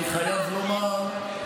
אני חייב לומר,